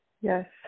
Yes